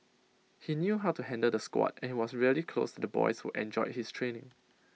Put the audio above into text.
he knew how to handle the squad and he was really close to the boys who enjoyed his training